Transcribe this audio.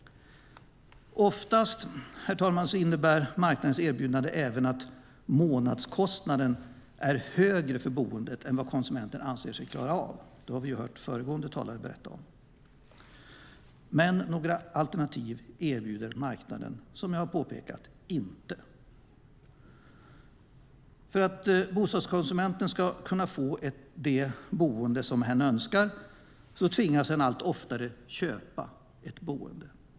Oftast innebär marknadens erbjudande även att månadskostnaden är högre för boendet än vad konsumenten anser sig klara av. Det har vi hört föregående talare berätta om. Men några alternativ erbjuder marknaden, som jag påpekat, inte. För att bostadskonsumenten ska kunna få det boende som hen önskar tvingas hen allt oftare köpa sitt boende.